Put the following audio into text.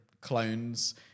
clones